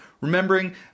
remembering